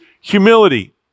humility